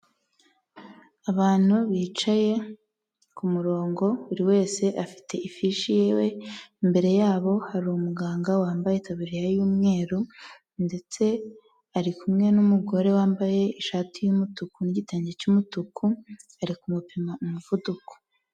Abantu bicaye ku murongo buri wese afite ifishi yiwe, imbere yabo hari umuganga wambaye itaburiya y'umweru, ndetse ari kumwe n'umugore wambaye ishati y'umutuku ni gitenge cy'umutuku ari ku mupima umuvuduko.